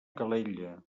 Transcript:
calella